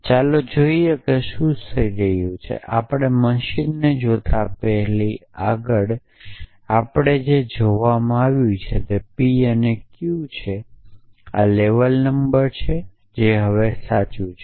ચાલો જોઈએ કે શું થઈ રહ્યું છે આપણે મશીનને જોતા પહેલા અહીં આગળ આપણને જે આપવામાં આવ્યું છે તે p અને q છે આ લેબલ નંબર છે આ હવે સાચું છે